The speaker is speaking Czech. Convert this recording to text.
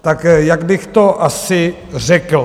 Tak, jak bych to asi řekl.